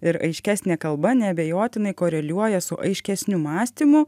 ir aiškesnė kalba neabejotinai koreliuoja su aiškesniu mąstymu